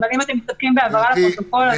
אבל אם אתם מסתפקים בהבהרה לפרוטוקול,